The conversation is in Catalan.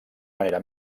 manera